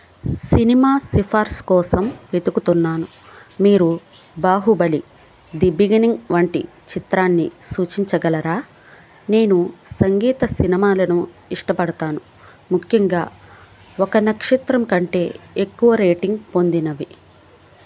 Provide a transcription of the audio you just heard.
cinema సిఫార్సు కోసం వెతుకుతున్నాను మీరు బాహుబలి ది బిగినింగ్ వంటి చిత్రాన్ని సూచించగలరా నేను సంగీత సినిమాలను ఇష్టపడతాను ముఖ్యంగా ఒక నక్షత్రం కంటే ఎక్కువ రేటింగ్ పొందినవి